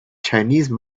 chinese